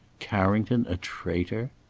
carrington a traitor!